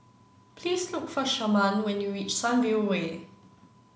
please look for Sharman when you reach Sunview Way